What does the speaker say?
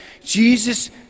Jesus